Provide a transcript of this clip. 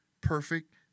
perfect